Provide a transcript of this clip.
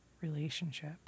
relationship